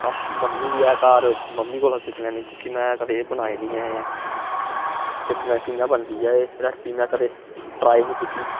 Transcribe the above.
up mummy बी ऐ घर मम्मी कोला सिक्खी लैनी क्योंकि में कदें एह् बनाई निं ऐ ऐ दिक्खने कि'यां बनदी ऐ एह् रैसिपी में कदें ट्राई निं कीती